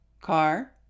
car